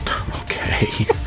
Okay